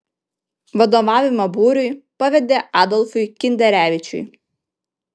vadovavimą būriui pavedė adolfui kinderevičiui